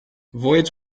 voids